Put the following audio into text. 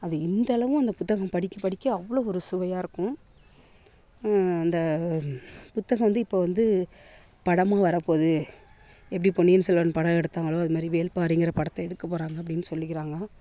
அது இந்த அளவும் அந்த புத்தகம் படிக்க படிக்க அவ்வளோ ஒரு சுவையாக இருக்கும் அந்த புத்தகம் வந்து இப்போது வந்து படமாக வரப்போகுது எப்படி பொன்னியின் செல்வன் படம் எடுத்தாங்களோ அதுமாதிரி வேள்பாரிங்கிற படத்தை எடுக்க போகிறாங்க அப்படினு சொல்லிக்கிறாங்க